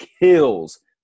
kills